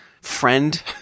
friend